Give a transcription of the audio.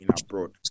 abroad